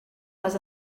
les